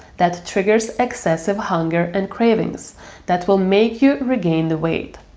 that triggers excessive hunger and craving that will make you regain the weight.